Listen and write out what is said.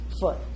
foot